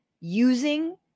using